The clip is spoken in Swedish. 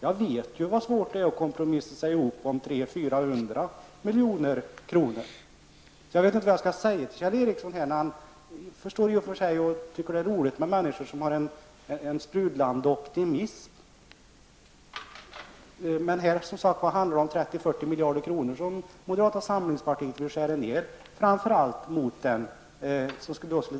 Jag vet hur svårt det är att kompromissa om 300--400 milj.kr. Jag vet därför inte vad jag skall säga till Kjell Ericsson i detta fall. Det är förstås roligt med människor som har en sprudlande optimism, men här handlar det som sagt om 30--40 miljarder kronor som moderata samlingspartiet vill skära ned med.